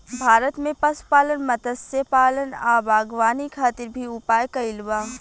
भारत में पशुपालन, मत्स्यपालन आ बागवानी खातिर भी उपाय कइल बा